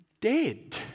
dead